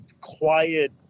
quiet